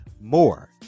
more